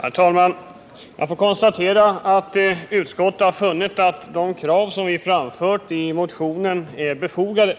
Herr talman! Jag får konstatera att utskottet har funnit att de krav som vi framfört i motionen är befogade.